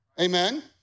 amen